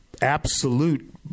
absolute